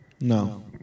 No